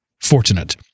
Fortunate